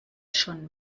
schon